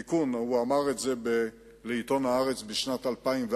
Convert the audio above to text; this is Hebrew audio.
תיקון, הוא אמר את זה לעיתון "הארץ" בשנת 2004,